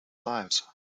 lives